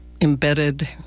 embedded